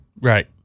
Right